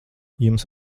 jums